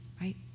right